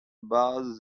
about